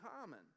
common